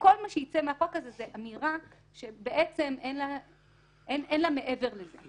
כל מה שיצא מהחוק הזה זה אמירה שבעצם אין בה מעבר לזה.